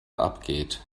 abgeht